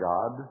God